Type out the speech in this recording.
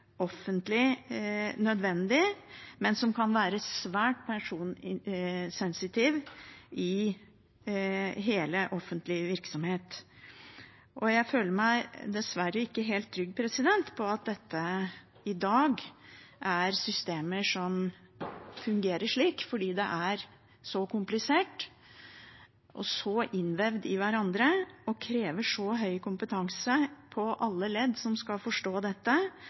offentlig nødvendig, men som kan være svært personsensitiv, i hele vår offentlige virksomhet. Jeg føler meg dessverre ikke helt trygg på at dette i dag er systemer som fungerer slik. De er så kompliserte og så innvevd i hverandre og krever så høy kompetanse i alle ledd som skal forstå dette,